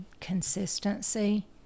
consistency